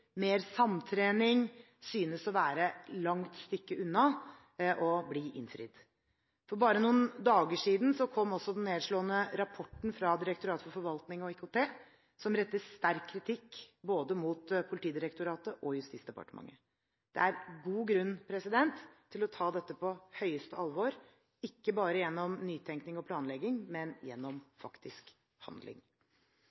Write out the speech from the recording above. mer samtrening synes å være et langt stykke unna å bli innfridd. For bare noen dager siden kom også den nedslående rapporten fra Direktoratet for forvaltning og IKT, som retter sterk kritikk mot både Politidirektoratet og Justisdepartementet. Det er god grunn til å ta dette på høyeste alvor, ikke bare gjennom nytenkning og planlegging, men gjennom